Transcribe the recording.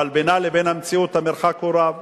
אבל בינה לבין המציאות המרחק הוא רב.